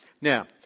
now